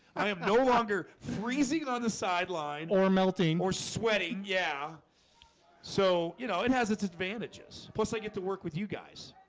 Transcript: i am no longer freezing on the sidelines or melting or sweating? yeah so, you know it has its advantages plus i get to work with you guys